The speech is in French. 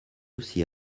aussi